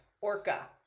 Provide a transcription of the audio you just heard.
ORCA